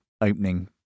opening